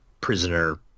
prisoner